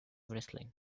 wrestling